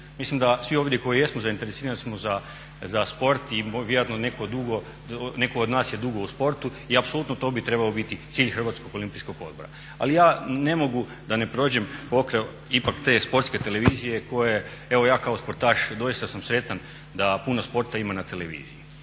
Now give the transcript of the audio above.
Mislim da svi ovdje koji jesmo zainteresirani smo za sport i vjerojatno netko od nas je dugo u sportu i apsolutno to bi trebao biti cilj HOO-a. Ali ja ne mogu da ne prođem pokraj ipak te Sportske televizije koja evo ja kao sportaš doista sam sretan da puno sporta ima na televiziji.